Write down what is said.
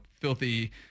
filthy